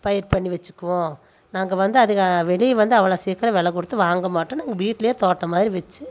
பயிர் பண்ணி வச்சிக்குவோம் நாங்கள் வந்து அதுங்க வெளிய வந்து அவ்வளோ சீக்கிரம் விலை கொடுத்து வாங்கமாட்டோம் நாங்கள் வீட்டுலேயே தோட்டம் மாதிரி வச்சி